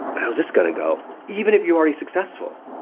how is this going to go, even if you're already successful.